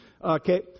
Okay